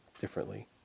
differently